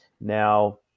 Now